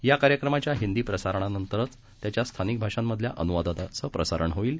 याकार्यक्रमाच्याहिंदीप्रसारणानंतरचत्याच्यास्थानिकभाषांमधल्याअनुवादनाचंप्रसारणहोईल